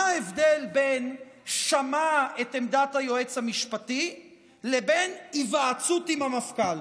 מה ההבדל בין "שמע את עמדת היועץ המשפטי" לבין היוועצות עם המפכ"ל?